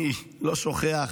אני לא שוכח